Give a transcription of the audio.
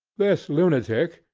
this lunatic,